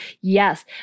yes